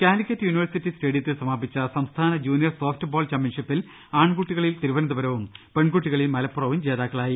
Calicut university സ്റ്റേഡിയത്തിൽ സമാപിച്ച സംസ്ഥാന ജൂനിയർ സോഫ്റ്റ് ബോൾ ചാമ്പ്യൻഷിപ്പിൽ ആൺകൂട്ടികളിൽ തിരു വനന്തപുരവും പെൺകുട്ടികളിൽ മലപ്പുറവും ജേതാക്കളായി